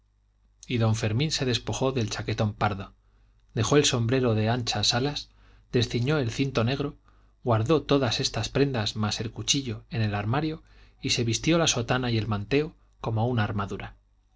y don fermín se despojó del chaquetón pardo dejó el sombrero de anchas alas desciñó el cinto negro guardó todas estas prendas más el cuchillo en el armario y se vistió la sotana y el manteo como una armadura